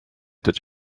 that